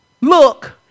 look